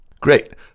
Great